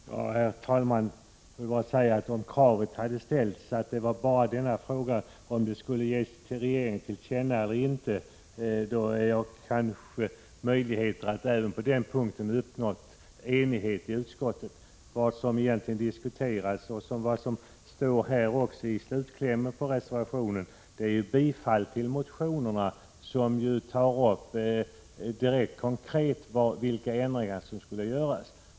Herr talman! Jag vill bara säga att om det endast hade gällt ett krav på ett tillkännagivande till regeringen eller inte, hade det kanske funnits möjligheter att även på den punkten uppnå enighet i utskottet. Men vad som egentligen diskuterades och vad som står i slutklämmen i reservationen är ett bifall till motionerna, som tar upp konkret vilka ändringar som skall göras.